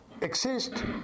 exist